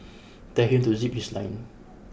tell him to zip his lip